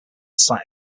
site